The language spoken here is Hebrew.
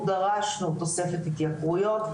דרשנו תוספת התייקרויות,